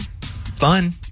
Fun